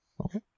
Okay